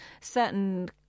certain